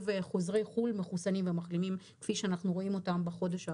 חוזרי חו"ל מחוסנים ומחלימים כפי שאנחנו רואים אותם בחודש האחרון.